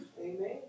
Amen